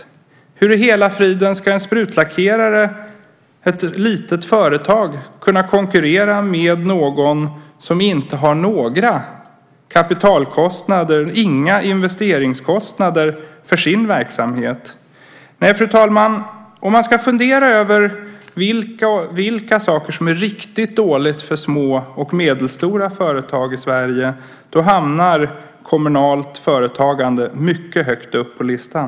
Hur i hela friden ska ett litet sprutlackeringsföretag kunna konkurrera med någon som inte har några kapitalkostnader eller investeringskostnader för sin verksamhet? Fru talman! Om man ska fundera över vilka saker som är riktigt dåliga för små och medelstora företag i Sverige hamnar kommunalt företagande mycket högt upp på listan.